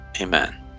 amen